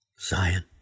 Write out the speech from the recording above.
Zion